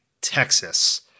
Texas